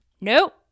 nope